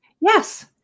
Yes